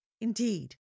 Indeed